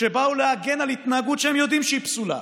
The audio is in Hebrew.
שבאו להגן על התנהגות שהם יודעים שהיא פסולה,